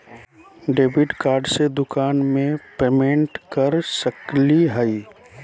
Debit card से दुकान में पेमेंट कर सकली हई?